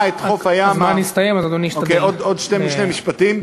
אדוני היושב-ראש,